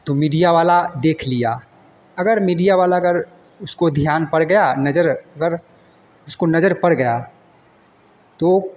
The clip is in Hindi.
तो मीडिया वाले देख लिया अगर मीडिया वाले अगर उसको ध्यान पड़ गया नज़र अगर उसको नज़र पड़ गया तो